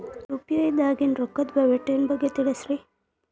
UPI ದಾಗಿನ ರೊಕ್ಕದ ವಹಿವಾಟಿನ ಬಗ್ಗೆ ತಿಳಸ್ರಿ